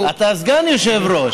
יש כמה.